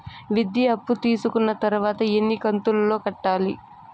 విద్య అప్పు తీసుకున్న తర్వాత ఎన్ని కంతుల లో కట్టాలి?